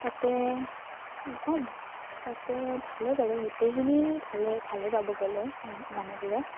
তাতে কি ক'ম তাতে ভালেই বাৰু গোটেইখিনি ভালে ভালে পাব গ'লে মানুহবোৰে